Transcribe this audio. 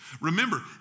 Remember